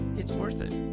it's worth it.